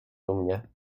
dumnie